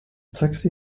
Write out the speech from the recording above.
taxi